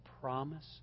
promise